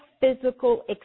physical